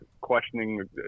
questioning